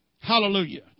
Hallelujah